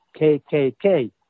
KKK